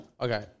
Okay